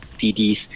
CDs